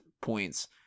points